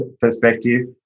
perspective